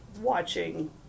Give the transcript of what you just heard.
watching